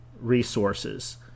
resources